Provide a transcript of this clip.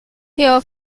here